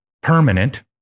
permanent